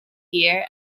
gear